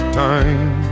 time